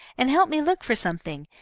and help me look for something.